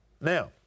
Now